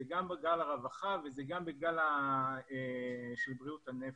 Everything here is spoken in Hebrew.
גם בגל הרווחה וזה גם בגל של בריאות הנפש.